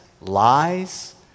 lies